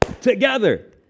together